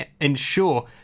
ensure